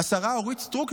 השרה אורית סטרוק,